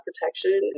protection